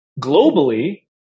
Globally